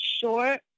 short